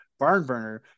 Barnburner